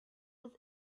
was